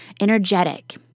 energetic